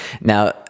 Now